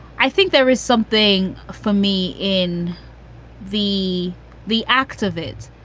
i think there is something for me in the the act of it.